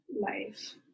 life